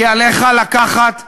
כי עליך לקחת צעד,